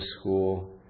school